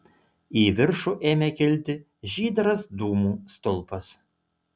į viršų ėmė kilti žydras dūmų stulpas